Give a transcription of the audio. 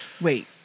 wait